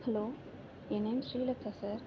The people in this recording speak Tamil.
ஹலோ என் நேம் ஸ்ரீலேக்கா சார்